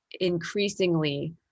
increasingly